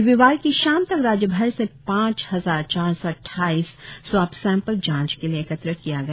रविवार की शाम तक राज्य भर से पांच हजार चार सौ अट्ठाईस स्वाब सेंपल जाँच के लिए एकत्र किया गया